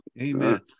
Amen